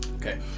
Okay